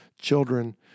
children